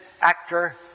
actor